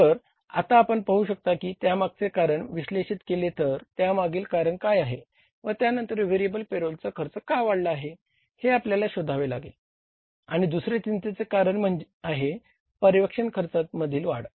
तर आता आपण पाहू शकता की त्यामागचे कारण विश्लेषित केले तर त्यामागील कारण काय आहे व त्यांनतर व्हेरिएबल पेरोलचा खर्च का वाढला हे आपल्याला शोधावे लागेल आणि दुसरे चिंतेचे गंभीर कारण आहे पर्यवेक्षण खर्चामधील वाढ